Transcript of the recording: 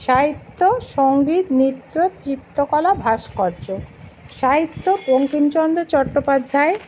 সাহিত্য সঙ্গীত নৃত্য চিত্রকলা ভাস্কর্য সাহিত্য বঙ্কিমচন্দ্র চট্টোপাধ্যায়